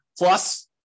Plus